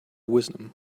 wisdom